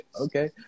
Okay